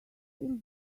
till